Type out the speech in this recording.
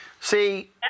See